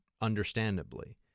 understandably